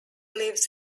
lives